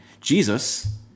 Jesus